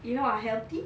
you know are healthy